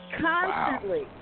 constantly